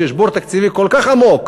כשיש בור תקציבי כל כך עמוק,